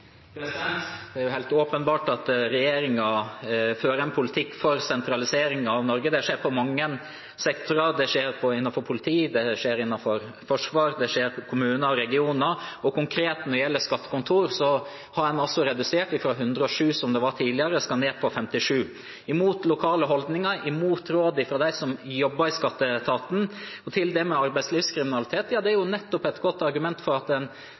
Det er helt åpenbart at regjeringen fører en politikk for sentralisering av Norge. Det skjer på mange sektorer. Det skjer innenfor politiet, det skjer innenfor Forsvaret, det skjer innenfor kommuner og regioner. Konkret når det gjelder antall skattekontor, har en redusert fra 107, som det var tidligere, og en skal ned på 57 – mot lokale holdninger, mot råd fra dem som jobber i skatteetaten. Og når det gjelder arbeidslivskriminalitet, er det nettopp et godt argument for at en